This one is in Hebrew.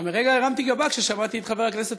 גם לרגע הרמתי גבה כששמעתי את חבר הכנסת